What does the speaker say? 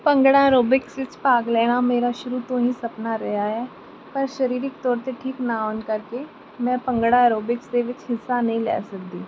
bhangra aerobics ਵਿੱਚ ਭਾਗ ਲੈਣਾ ਮੇਰਾ ਸ਼ੁਰੂ ਤੋਂ ਹੀ ਸਪਨਾ ਰਿਹਾ ਹੈ ਪਰ ਸਰੀਰਿਕ ਤੌਰ 'ਤੇ ਠੀਕ ਨਾ ਹੋਣ ਕਰਕੇ ਮੈਂ ਭੰਗੜਾ ਏਅਰੋਬਿਕਸ ਦੇ ਵਿੱਚ ਹਿੱਸਾ ਨਹੀਂ ਲੈ ਸਕਦੀ